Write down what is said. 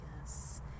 yes